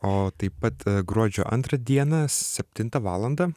o taip pat gruodžio antrą dieną septintą valandą